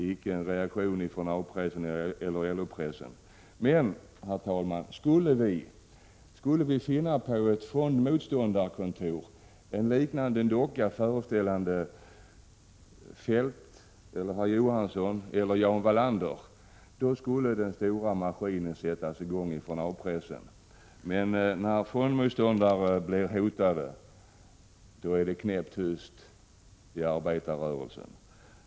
Icke en reaktion från A-pressen eller LO-pressen! Om man på ett fondmotståndarkontor skulle finna en docka föreställande Feldt, herr Johansson eller Jan Wallander, skulle A-pressen sätta i gång den stora maskinen, men när fondmotståndare blir hotade är det knäpptyst i arbetarrörelsen.